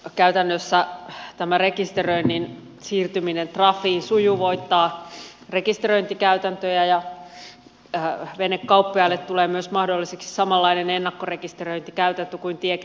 käytännössä tämä rekisteröinnin siirtyminen trafiin sujuvoittaa rekisteröintikäytäntöjä ja venekauppiaille tulee myös mahdolliseksi samanlainen ennakkorekisteröintikäytäntö kuin tieliikenneajoneuvoissa